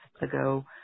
ago